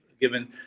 given